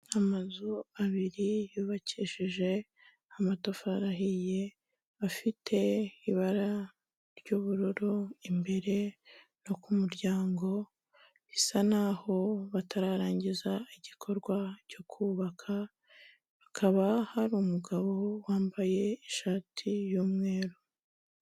Amazu abiri yubakishije amatafari ahiye, afite ibara ry'ubururu imbere no ku muryango, bisa n'aho batararangiza igikorwa cyo kubaka, hakaba hari umugabo wambaye ishati y'umweru.